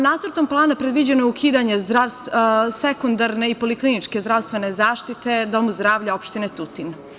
Nacrtom plana predviđeno je ukidanje sekundarne i polikliničke zdravstvene zaštite Domu zdravlja opštine Tutin.